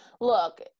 look